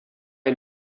est